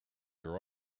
her